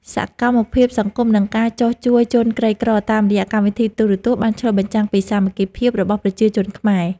សកម្មភាពសង្គមនិងការចុះជួយជនក្រីក្រតាមរយៈកម្មវិធីទូរទស្សន៍បានឆ្លុះបញ្ចាំងពីសាមគ្គីភាពរបស់ប្រជាជនខ្មែរ។